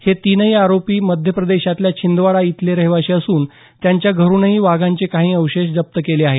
हे तीनही आरोपी मध्यप्रदेशातल्या छिंदवाडा इथले रहिवासी असून त्यांच्या घरुनही वाघांचे कांही अवयव जप्त केले आहेत